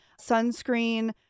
sunscreen